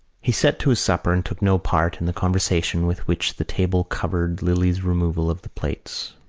he set to his supper and took no part in the conversation with which the table covered lily's removal of the plates.